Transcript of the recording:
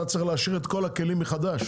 אתה צריך לאשר את כל הכלים מחדש,